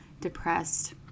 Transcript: depressed